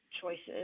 choices